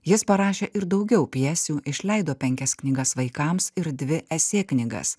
jis parašė ir daugiau pjesių išleido penkias knygas vaikams ir dvi esė knygas